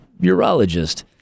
urologist